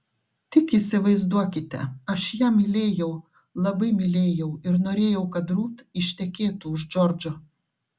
tik įsivaizduokite aš ją mylėjau labai mylėjau ir norėjau kad rut ištekėtų už džordžo